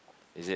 is it